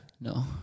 no